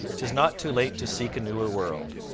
tis not too late to seek a newer world.